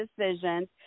decisions